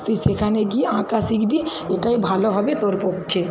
তুই সেখানে গিয়ে আঁকা শিখবি এটাই ভালো হবে তোর পক্ষে